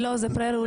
לא, זה פרה רולינג.